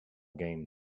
game